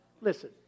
Listen